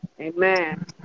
Amen